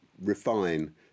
refine